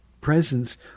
presence